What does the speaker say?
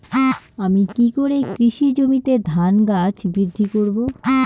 আমি কী করে কৃষি জমিতে ধান গাছ বৃদ্ধি করব?